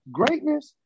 greatness